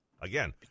again